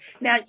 Now